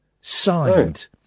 signed